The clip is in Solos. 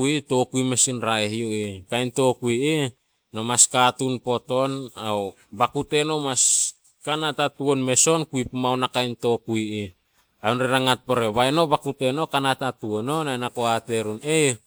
oru bira boato'ara iraa oiraba oo'ore. Oiraareha porepita pemelii hioko'i eipaareha bo aitoko bo kirako'o tare biaribohara oru biraa hukupitee. Hioko'i ii'aa ua huku'oehara ua pleriribohara irau kopepita oo'ore bisio bo ruuruuto'e uisdom oira'ara bisio bira bisio hukuhara pita bo aitoko kai bo kirako'o boitoopai. Ha oo'ore boo'ore ua pleri-haraiboroo ta oru baia boori paratai ato'oro ruupe'opa biraa booriha piptiiriarei kai sikstiirii, iibaari. A bisioea roga'a bisio, ua pleeriri-bohara ruupe kepai bo kepai'ara. Hioko'i bira abeea boori pia'ii baiha tari'a tuentii, tuenti'uari, a bisioea bisio oru biraa hioko'i ii'aa oiraba bo kepai'oro hioko'i boato'ara bisio pitaabaa, hausu kuuku oira'ara a bisioea hioko'i bisio bira aira biabaa hioko'i pirio pemilii oira'ara tuusi'iripa oiraae suku'u'iripa pemilii oiraba bo kokia'ara airaba pirio obira'auara ii'oo oo'ore ku'uku'u tahi oiraarei oo'ore bokato'oo oo'ore ku'uku'u tahi oiraarei oo'ore bokato'oo oo'ore bo pleeri'oo bo ruupe baiha tari'a boo'ore auba kepaiiarei kai baasiaree kepai.